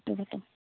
ᱪᱷᱳᱴᱳ ᱠᱷᱟᱴᱚ